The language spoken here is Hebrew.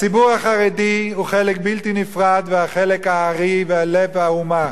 הציבור החרדי הוא חלק בלתי נפרד וחלק הארי ולב האומה.